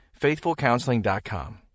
FaithfulCounseling.com